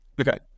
okay